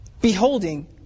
beholding